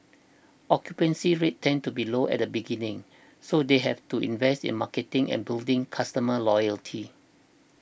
occupancy rates tend to be low at the beginning so they have to invest in marketing and building customer loyalty